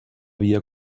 via